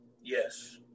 Yes